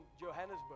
Johannesburg